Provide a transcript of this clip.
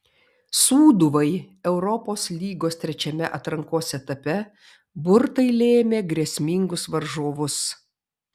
sūduvai europos lygos trečiame atrankos etape burtai lėmė grėsmingus varžovus